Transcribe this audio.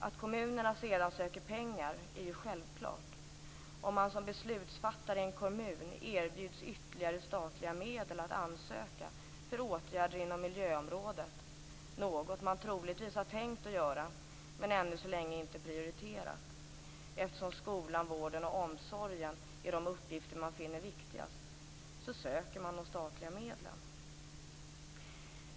Att kommunerna sedan söker pengar är ju självklart. Om man som beslutsfattare i en kommun erbjuds ytterligare statliga medel som man kan ansöka för åtgärder inom miljöområdet, något som man troligtvis har tänkt att göra men ännu inte prioriterat eftersom skolan, vården och omsorgen är de uppgifter man finner viktigast, söker man de statliga medlen.